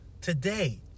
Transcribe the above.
Today